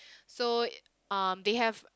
so um they have